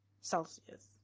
Celsius